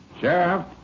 Sheriff